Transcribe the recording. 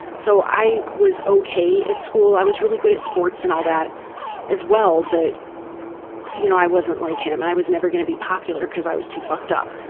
so i was ok at school. i was really good at sports and all that as well but you know i wasn't like him and i was never going to be popular because i was fucked up.